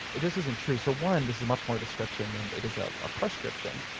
it just isn't true. so one, this is much more description than it is ah a prescription,